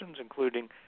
including